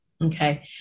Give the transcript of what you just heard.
okay